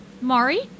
Mari